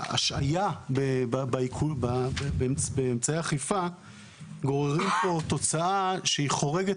שההשעיה באמצעי האכיפה גוררים פה תוצאה שהיא חורגת